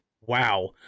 wow